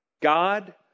God